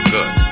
Good